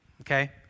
Okay